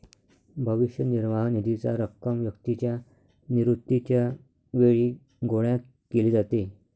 भविष्य निर्वाह निधीची रक्कम व्यक्तीच्या निवृत्तीच्या वेळी गोळा केली जाते